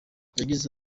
yagize